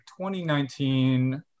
2019